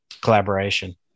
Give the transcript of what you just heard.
collaboration